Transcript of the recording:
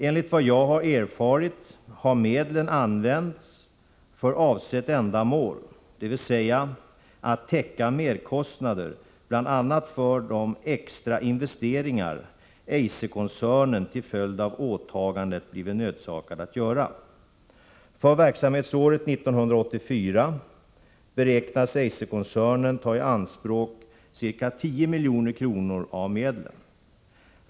Enligt vad jag har erfarit har medlen använts för avsett ändamål, dvs. för att täcka merkostnader, bl.a. för de extra investeringar Eiserkoncernen till följd av åtagandet blivit nödsakad att göra. För verksamhetsåret 1984 beräknas Eiserkoncernen ta i anspråk ca 10 milj.kr. av medlen.